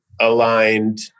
aligned